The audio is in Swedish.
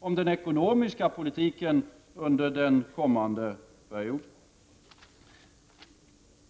om den ekonomiska politiken under den kommande perioden.